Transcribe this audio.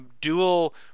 dual